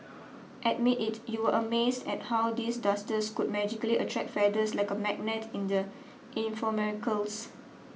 admit it you were amazed at how these dusters could magically attract feathers like a magnet in the infomercials